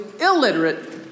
illiterate